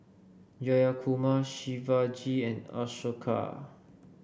Jayakumar Shivaji and Ashoka